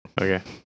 Okay